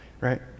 right